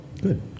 Good